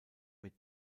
mit